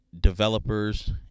developers